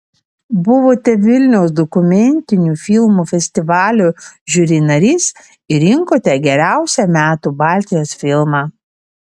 buvote vilniaus dokumentinių filmų festivalio žiuri narys ir rinkote geriausią metų baltijos filmą